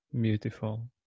beautiful